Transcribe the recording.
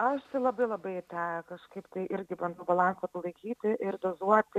aš tai labai labai tą kažkaip tai irgi bandau balansą palaikyti ir dozuoti